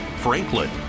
Franklin